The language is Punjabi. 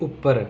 ਉੱਪਰ